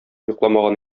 йокламаган